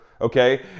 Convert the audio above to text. okay